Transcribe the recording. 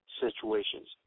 situations